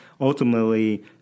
Ultimately